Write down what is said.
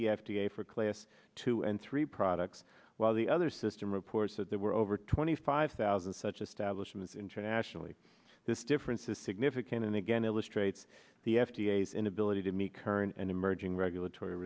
the f d a for class two and three products while the other system reports that there were over twenty five thousand such establishment internationally this difference is significant and again illustrates the f d a as inability to meet current and emerging regulatory